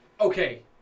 Okay